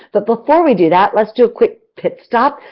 but, before we do that, let's do a quick pit stop,